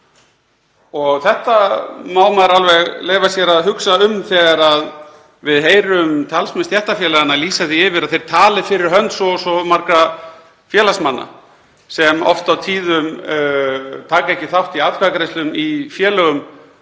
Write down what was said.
dag. Þetta má maður alveg leyfa sér að hugsa um þegar við heyrum talsmenn stéttarfélaganna lýsa því yfir að þeir tali fyrir hönd svo og svo marga félagsmanna sem oft og tíðum taka ekki þátt í atkvæðagreiðslum í félögum